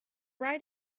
right